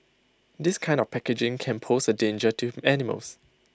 this kind of packaging can pose A danger to animals